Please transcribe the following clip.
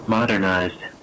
Modernized